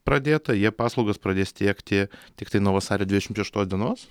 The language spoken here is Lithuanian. pradėta jie paslaugas pradės tiekti tiktai nuo vasario dvidešimt šeštos dienos